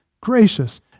gracious